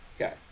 Okay